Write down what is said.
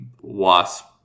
wasp